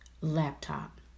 laptop